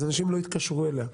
אז אנשים לא יתקשרו אליה.